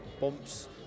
bumps